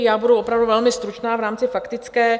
Já budu opravdu velmi stručná v rámci faktické.